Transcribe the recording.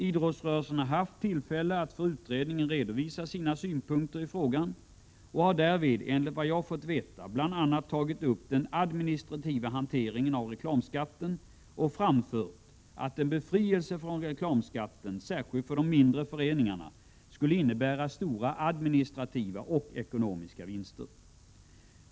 Idrottsrörelsen har haft tillfälle att för utredningen redovisa sina synpunkter i frågan och har därvid, enligt vad jag fått veta, bl.a. tagit upp den administrativa hanteringen av reklamskatten och framfört att en befrielse från reklamskatten, särskilt för de mindre föreningarna, skulle innebära stora administrativa och ekonomiska vinster.